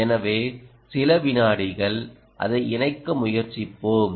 எனவே சில வினாடிகள் அதை இணைக்க முயற்சிப்போம்